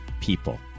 people